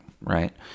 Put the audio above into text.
right